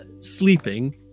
sleeping